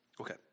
okay